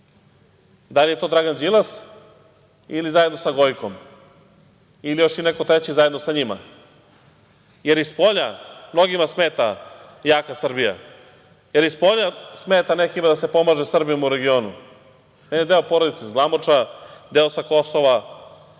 Da li je to Dragan Đilas ili zajedno sa Gojkom ili još i neko treći zajedno sa njima, jer i spolja mnogima smeta jaka Srbija, jer i spolja smeta nekima da se pomaže Srbima u regionu? Jedan deo porodice sa Glamoča, deo sa Kosova